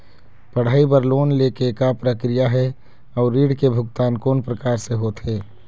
पढ़ई बर लोन ले के का प्रक्रिया हे, अउ ऋण के भुगतान कोन प्रकार से होथे?